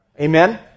Amen